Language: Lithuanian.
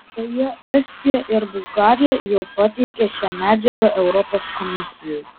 beje estija ir bulgarija jau pateikė šią medžiagą europos komisijai